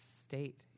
state